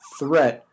threat